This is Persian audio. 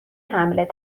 هملت